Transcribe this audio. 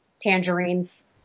tangerines